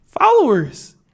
followers